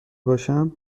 باشم